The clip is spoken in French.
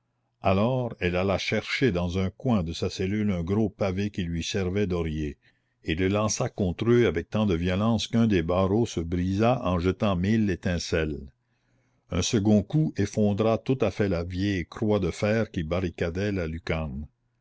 alors elle alla chercher dans un coin de sa cellule un gros pavé qui lui servait d'oreiller et le lança contre eux avec tant de violence qu'un des barreaux se brisa en jetant mille étincelles un second coup effondra tout à fait la vieille croix de fer qui barricadait la lucarne